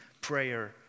prayer